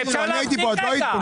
תדעי לך שבשנה האחרונה זה מה שהלך פה.